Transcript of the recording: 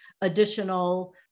additional